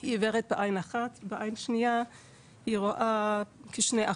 היא עיוורת בעין אחת, בעין השניה היא רואה כ-2%.